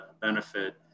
benefit